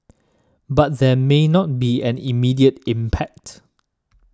but there may not be an immediate impact